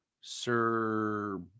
Sir